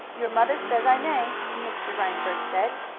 your mother says i may, mr. reinberg said,